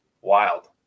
Wild